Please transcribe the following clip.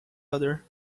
other